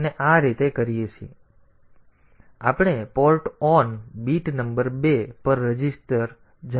તેથી આપણે port on bit number 2 પર જનરેટ કરવા માંગીએ છીએ